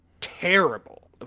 terrible